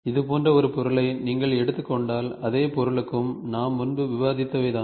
இது போன்ற ஒரு பொருளை நீங்கள் எடுத்துக் கொண்டால் அதே பொருளுக்கும் நாம் முன்பு விவாதித்தவை தான்